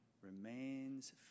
remains